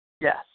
Yes